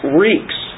reeks